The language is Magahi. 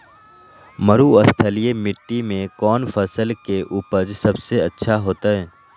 मरुस्थलीय मिट्टी मैं कौन फसल के उपज सबसे अच्छा होतय?